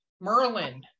Merlin